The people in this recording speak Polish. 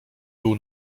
był